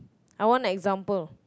I want example